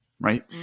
right